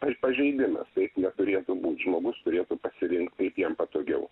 paž pažeidimas taip neturėtų būt žmogus turėtų pasirinkt kaip jiem patogiau